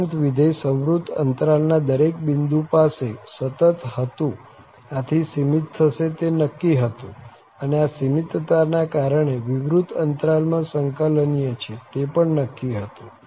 ઉપરાંત વિધેય સંવૃત અંતરાલ ના દરેક બિંદુ પાસે સતત હતું આથી સીમિત થશે તે નક્કી હતું અને આ સીમિતતા ના કારણે વિવૃત અંતરાલ માં સંક્લનીય છે તે પણ નક્કી હતું